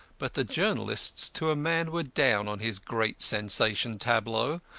but the journalists to a man were down on his great sensation tableau,